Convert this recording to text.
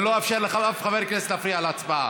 אני לא אאפשר לאף חבר כנסת להפריע להצבעה.